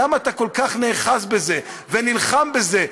למה אתה כל כך נאחז בזה ונלחם על זה?